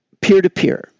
peer-to-peer